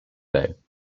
day